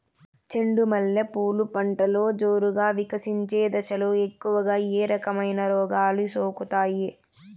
చెండు మల్లె పూలు పంటలో జోరుగా వికసించే దశలో ఎక్కువగా ఏ రకమైన రోగాలు సోకుతాయి?